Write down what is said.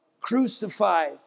crucified